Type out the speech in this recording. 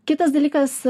kitas dalykas